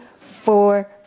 four